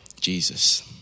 Jesus